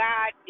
God